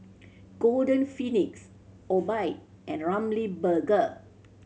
Golden Peony Obike and Ramly Burger